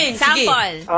sample